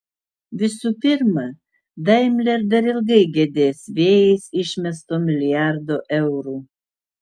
visų pirma daimler dar ilgai gedės vėjais išmesto milijardo eurų